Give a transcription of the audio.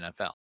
NFL